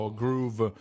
groove